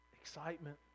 excitement